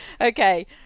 Okay